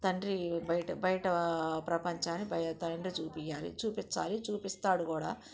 తండ్రి బయట బయట ప్రపంచాన్ని తండ్రే చూపియ్యాలి చూపించాలి చూపిస్తాడు కూడా